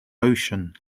ocean